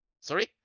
Sorry